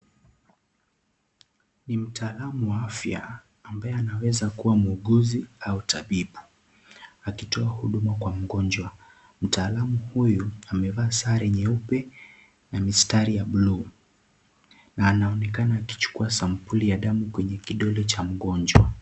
Ni mtaalamu wa afya ambaye anaweza kuwa muuguzi au tabibu akitoa huduma kwa mgonjwa. Mtaalamu huyu amevaa sare nyeupe na mishtari ya bluu .Na anaonekana akichukua sampuli ya damu kwenye kidole cha mgonjwa.